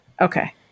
Okay